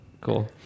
Cool